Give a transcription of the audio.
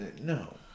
No